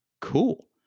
cool